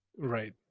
Right